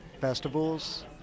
festivals